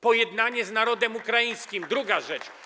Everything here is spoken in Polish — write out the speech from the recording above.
Pojednanie z narodem ukraińskim - druga rzecz.